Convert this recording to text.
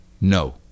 No